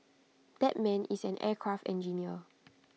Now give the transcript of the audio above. that man is an aircraft engineer